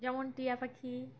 যেমন টিয়া পাখি